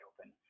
open